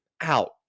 out